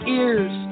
ears